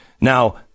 Now